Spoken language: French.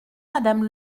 madame